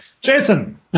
Jason